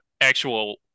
actual